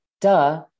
duh